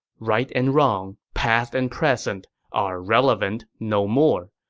right and wrong, past and present are relevant no more.